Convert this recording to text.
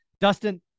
Dustin